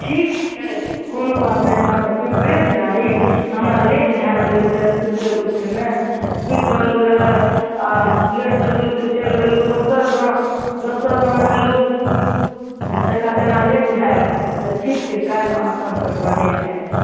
ठीक छै कोनो बात नहि छै अहाँकऽ पेपरे ने चाही हमरा लेट भए गेल रहै सुतैत उठैतमे सुति रहलहुँ रहऽ आ लेटसँ उठलहुँ तऽ चलि गेलहुँ दोसर गाँव दोसर गाँव गेलहुँ तहि खातिर हमरा लेट भए गेल अच्छा ठीक छै काल्हि अहाँकऽ हम पेपर दै लऽ आबि जाएब